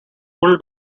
full